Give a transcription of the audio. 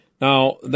Now